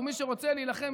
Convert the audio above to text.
ומי שרוצה להילחם,